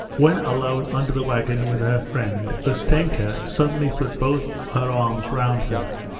when alone under the wagon with her friend, ustenka suddenly put both her arms round her,